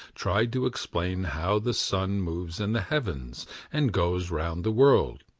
tried to explain how the sun moves in the heavens and goes round the world.